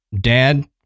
Dad